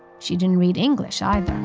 she didn't read english, either.